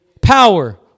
Power